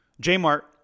J-Mart